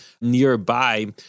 nearby